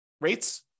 rates